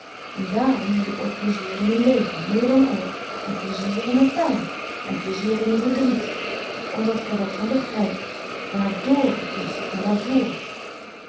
en daarom heb ik ook plezier in m'n leven meer dan ooit en plezier in mijn pijn en plezier in mijn verdriet omdat frederik van eeden van de koele meren des doods ik er wat van begrijp waardr t is en